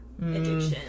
addiction